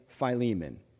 Philemon